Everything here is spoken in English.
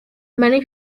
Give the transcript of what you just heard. many